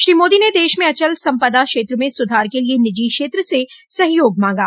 श्री मोदी ने देश में अचल सम्पदा क्षेत्र में सुधार के लिए निजी क्षेत्र से सहयोग मांगा